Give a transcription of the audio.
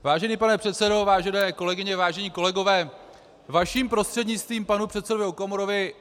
Vážený pane předsedo, vážené kolegyně, vážení kolegové, vaším prostřednictvím panu předsedovi Okamurovi.